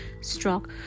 stroke